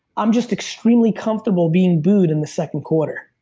i'm just extremely comfortable being booed in the second quarter